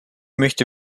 möchte